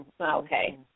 Okay